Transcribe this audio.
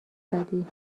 زدی